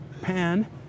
Pan